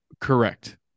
Correct